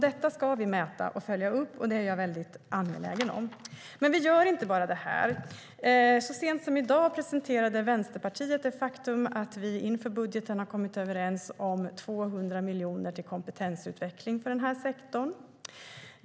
Detta ska vi mäta och följa upp, vilket jag är väldigt angelägen om. Vi gör dock inte bara detta. Så sent som i dag presenterade Vänsterpartiet det faktum att vi inför budgeten har kommit överens om 200 miljoner till kompetensutveckling för den här sektorn.